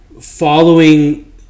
following